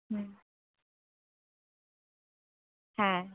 হুম হ্যাঁ